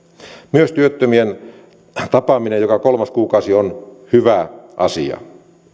myös työttömien tapaaminen joka kolmas kuukausi on hyvä asia